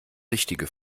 richtige